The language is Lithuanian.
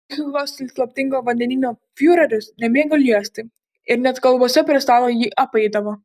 psichikos slaptingo vandenyno fiureris nemėgo liesti ir net kalbose prie stalo jį apeidavo